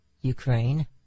Ukraine